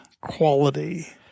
quality